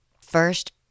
First